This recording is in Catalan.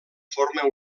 forma